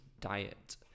diet